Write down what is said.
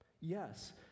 Yes